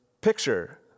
picture